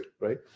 right